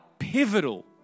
pivotal